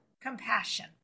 compassion